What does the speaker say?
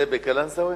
זה בקלנסואה?